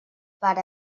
per